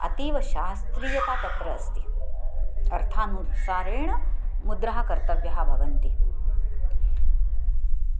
अतीवशास्त्रीयतापात्रम् अस्ति अर्थाननुसारेण मुद्राः कर्तव्याः भवन्ति